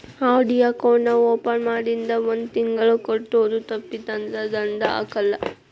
RD account ನಾ open ಮಾಡಿಂದ ಒಂದ್ ತಿಂಗಳ ಕಟ್ಟೋದು ತಪ್ಪಿತಂದ್ರ ದಂಡಾ ಹಾಕಲ್ಲ